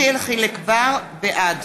בעד